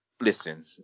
listen